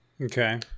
Okay